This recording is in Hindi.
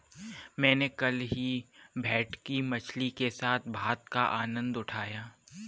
मैंने कल ही भेटकी मछली के साथ भात का आनंद उठाया